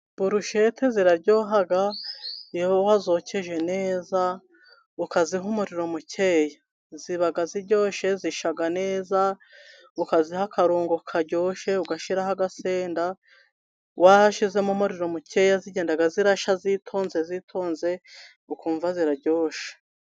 Burushehete ziraryohaga nihowa zokeje neza ukazi nk'umuriro mukeya, zibaga ziryoshye, zishaga nezaho, ukaziha akarungo karyoshye, ugashiraho agasenda washizemo amuriro mukeya, zigendaga zirasha zitonze zitonze ukumva ziraryoshe.